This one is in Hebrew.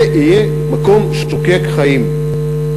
זה יהיה מקום שוקק חיים.